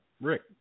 Rick